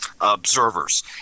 observers